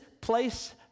place